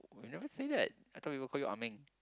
you never say that I thought people call you Ah Meng